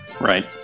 Right